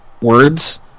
words